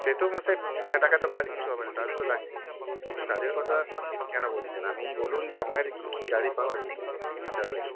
সে তো মশাই বিনা টাকায় তো কাজ কিছু হবে না চার্জ তো লাগবেই তো চার্জের কথা কেন বলছেন আমি বলুন যে আপনার কাছে কী কী গাড়ি পাওয়া যাবে